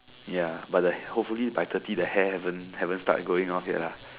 ya but the hopefully by thirty the hair haven't haven't start going off yet lah